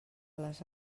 les